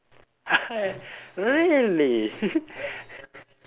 really